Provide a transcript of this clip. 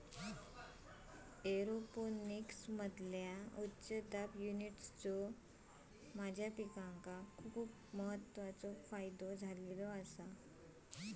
एरोपोनिक्समधील्या उच्च दाब युनिट्सचो माझ्या पिकांका खूप फायदो झालेलो आसा